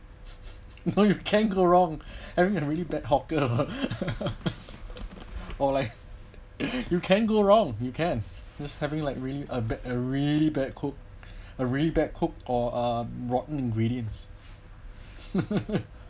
you know you can't go wrong everyone really bad hawker or like you can't go wrong you can just having like really a a really bad cook a really bad cook or a rotten ingredients